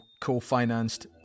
co-financed